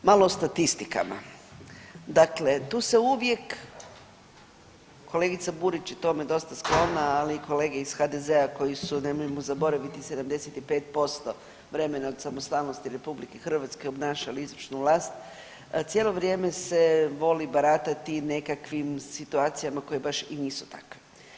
Malo o statistikama, dakle tu se uvijek kolegica Burić je tome dosta sklona, ali i kolege iz HDZ-a koji su nemojmo zaboraviti 75% vremena od samostalnosti RH obnašali izvršnu vlast, cijelo vrijeme se voli baratati nekakvim situacijama koje baš i nisu takve.